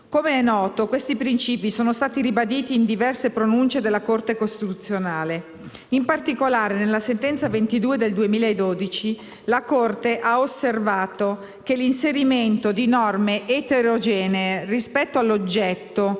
Come è noto, questi principi sono stati ribaditi in diverse pronunce della Corte costituzionale. In particolare, nella sentenza n. 22 del 2012 la Corte ha osservato che l'inserimento di norme eterogenee rispetto all'oggetto